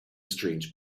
strange